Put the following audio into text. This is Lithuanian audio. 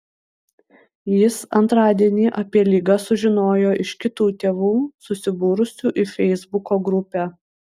jis antradienį apie ligą sužinojo iš kitų tėvų susibūrusių į feisbuko grupę